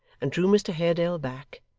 and drew mr haredale back,